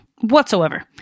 Whatsoever